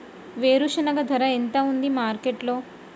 వేరుశెనగ ధర ఎంత ఉంది మార్కెట్ లో?